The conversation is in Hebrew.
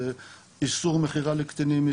איסור מכירה לקטינים,